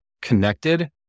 connected